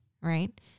right